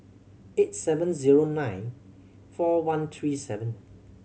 eight seven zero nine four one three seven